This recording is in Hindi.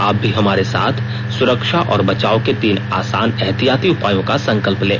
आप भी हमारे साथ सुरक्षा और बचाव के तीन आसान एहतियाती उपायों का संकल्प लें